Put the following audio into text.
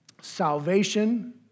Salvation